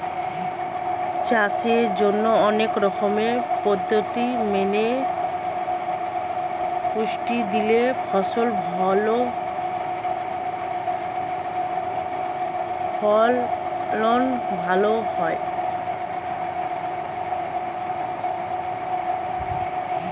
চাষের জন্যে অনেক রকম পদ্ধতি মেনে পুষ্টি দিলে ফসল ফলন ভালো হয়